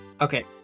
Okay